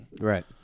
Right